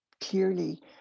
clearly